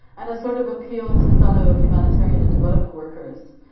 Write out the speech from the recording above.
and sort of appeal to fellow humanitarian and development workers.